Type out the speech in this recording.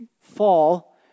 fall